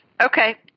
Okay